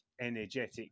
energetic